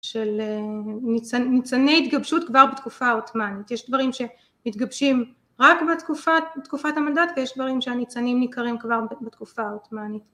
של ניצני התגבשות כבר בתקופה העותמנית. יש דברים שמתגבשים רק בתקופת המנדט ויש דברים שהניצנים ניכרים כבר בתקופה העותמנית